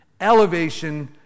Elevation